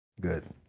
Good